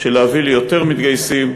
של להביא ליותר מתגייסים,